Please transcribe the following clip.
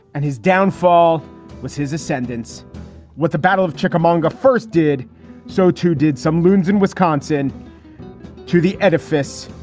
and his downfall was his ascendance with the battle of chicken. monga first did so, too, did some loons in wisconsin to the edifice,